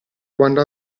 quando